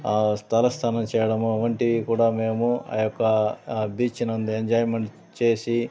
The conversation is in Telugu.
తల స్నానం చేయడము వంటియి కూడా మేము ఆ యొక్క బీచ్నందు ఎంజాయ్మెంట్ చేసి